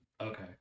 Okay